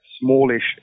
smallish